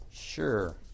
Sure